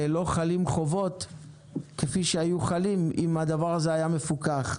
לא חלות חובות כפי שהיו חלות אם הדבר הזה היה מפוקח.